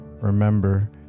Remember